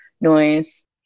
noise